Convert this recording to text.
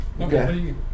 Okay